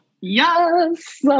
yes